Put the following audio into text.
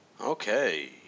Okay